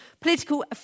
Political